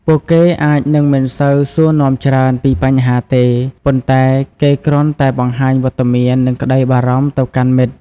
ពួកគេអាចនឹងមិនសូវសួរនាំច្រើនពីបញ្ហាទេ ប៉ុន្តែគេគ្រាន់តែបង្ហាញវត្តមាន និងក្ដីបារម្ភទៅកាន់មិត្ត។